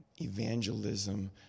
evangelism